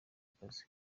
akazi